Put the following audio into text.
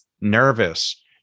nervous